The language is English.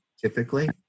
typically